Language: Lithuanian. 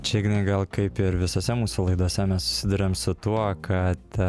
čia ignai gal kaip ir visose mūsų laidose mes susiduriam su tuo kad